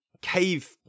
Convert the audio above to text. cave